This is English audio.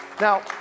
now